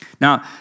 Now